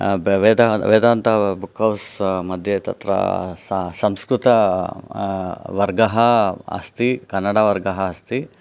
वेद Vedanta book house मध्ये तत्र स संस्कृत वर्गः अस्ति कन्नडवर्गः अस्ति